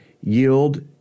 Yield